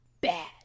bad